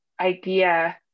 idea